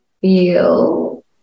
feel